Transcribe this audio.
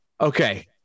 Okay